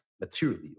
materially